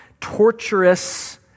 torturous